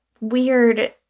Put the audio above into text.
weird